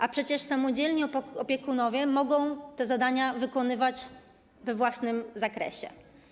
A przecież samodzielni opiekunowie mogą te zadania wykonywać we własnym zakresie.